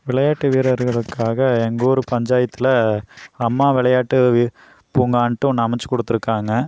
விளையாட்டு வீரர்களுக்காக எங்கள் ஊர் பஞ்சாயத்தில் அம்மா விளையாட்டு வீ பூங்கான்ட்டு ஒன்று அமைச்சிக் கொடுத்துருக்காங்க